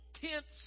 tents